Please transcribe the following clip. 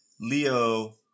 Leo